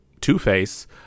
Two-Face